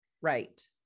Right